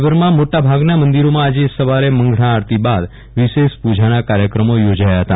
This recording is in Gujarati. રાજ્યભરમાં મોટાભાગના મંદિરોમાં આજે સવારે મંગળા આરતી બાદ વિશેષ પૂજાના કાર્યક્રમો યોજાયા હતા